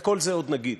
את כל זה עוד נגיד,